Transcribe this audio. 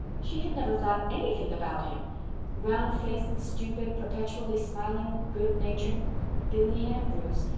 she had never thought anything about him round-faced, stupid, perpetually smiling, good-natured billy andrews.